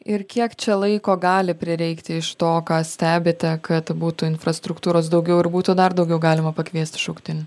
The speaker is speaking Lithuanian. ir kiek čia laiko gali prireikti iš to ką stebite kad būtų infrastruktūros daugiau ir būtų dar daugiau galima pakviesti šauktinių